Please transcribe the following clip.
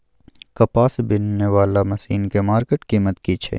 कपास बीनने वाला मसीन के मार्केट कीमत की छै?